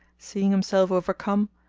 seeing himself overcome,